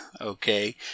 Okay